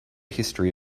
history